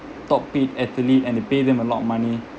top paid athlete and pay them a lot of money